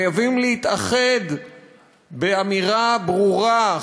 חייבים להתאחד באמירה ברורה,